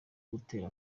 gutera